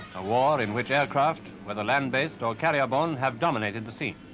a war in which aircraft, whether land-based or carrier borne have dominated the scene.